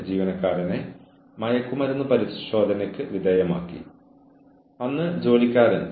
അപ്പോൾ ജീവനക്കാരെ അച്ചടക്കമുള്ളവരാക്കുന്നതിനുള്ള മറ്റൊരു മാർഗം പോസിറ്റീവ് അച്ചടക്കമാണ്